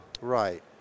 Right